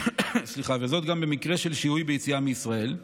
וזאת גם במקרה של שיהוי ביציאה מישראל.